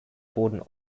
boden